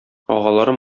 агалары